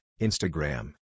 Instagram